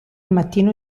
mattino